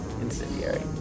incendiary